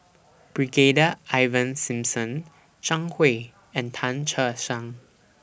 Brigadier Ivan Simson Zhang Hui and Tan Che Sang